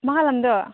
मा खालामदों